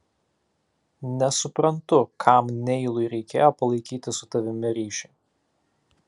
nesuprantu kam neilui reikėjo palaikyti su tavimi ryšį